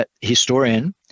historian